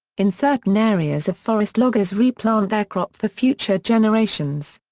in certain areas of forest loggers re-plant their crop for future generations.